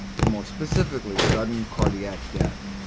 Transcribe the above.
but more specifically sudden cardiac death.